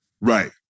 Right